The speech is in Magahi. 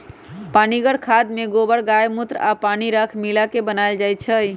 पनीगर खाद में गोबर गायमुत्र आ पानी राख मिला क बनाएल जाइ छइ